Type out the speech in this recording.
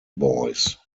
boys